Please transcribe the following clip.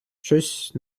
щось